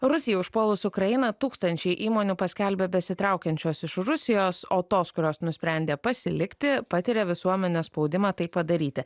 rusijai užpuolus ukrainą tūkstančiai įmonių paskelbė besitraukiančios iš rusijos o tos kurios nusprendė pasilikti patiria visuomenės spaudimą tai padaryti